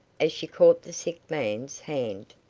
as she caught the sick man's hand.